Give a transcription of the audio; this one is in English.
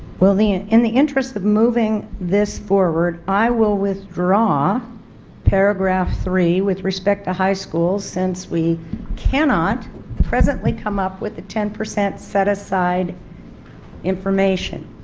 well ah in the interest of moving this forward i will withdraw paragraph three with respect to high school since we cannot presently come up with the ten percent set-aside information.